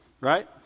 Right